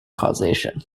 causation